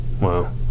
Wow